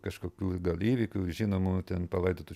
kažkokių gal įvykių žinomų ten palaidotų